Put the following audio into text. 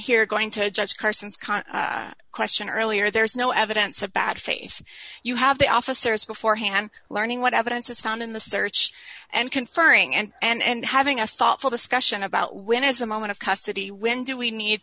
here going to judge carson's con question earlier there's no evidence of bad faith you have the officers beforehand learning what evidence is found in the search and conferring and and having a thoughtful discussion about when as a moment of custody when do we need